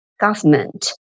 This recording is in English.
government